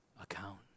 account